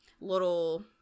little